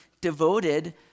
devoted